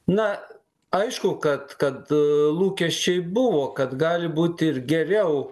na aišku kad kad lūkesčiai buvo kad gali būti ir geriau